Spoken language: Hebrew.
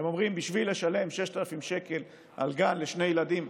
הרבה פעמים הם אומרים: בשביל לשלם 6,000 שקל על גן לשני ילדים,